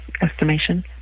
estimation